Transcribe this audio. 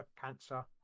cancer